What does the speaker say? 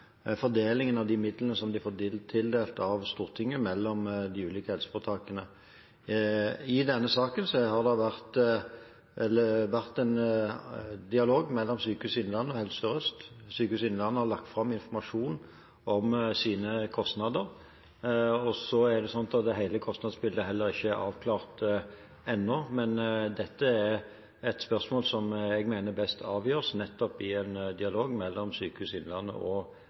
Stortinget, mellom de ulike helseforetakene. I denne saken har det vært en dialog mellom Sykehuset Innlandet og Helse Sør-Øst. Sykehuset Innlandet har lagt fram informasjon om sine kostnader. Hele kostnadsbildet er ikke avklart ennå, men dette er et spørsmål jeg mener best avgjøres i en dialog mellom Sykehuset Innlandet og